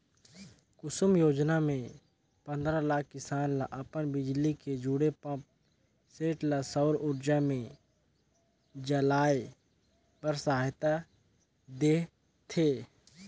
कुसुम योजना मे पंदरा लाख किसान ल अपन बिजली ले जुड़े पंप सेट ल सउर उरजा मे चलाए बर सहायता देह थे